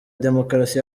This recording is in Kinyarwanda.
demokarasi